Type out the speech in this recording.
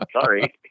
Sorry